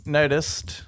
noticed